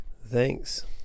Thanks